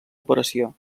operació